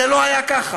זה לא היה ככה.